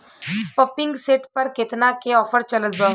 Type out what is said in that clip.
Pumping set पर केतना के ऑफर चलत बा?